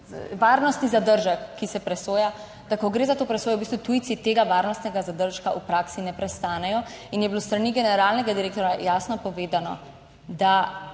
varnostni zadržek, ki se presoja, da ko gre za to presojo, v bistvu tujci tega varnostnega zadržka v praksi ne prestanejo in je bilo s strani generalnega direktorja jasno povedano, da